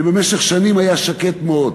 ובמשך שנים היה שקט מאוד,